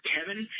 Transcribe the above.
Kevin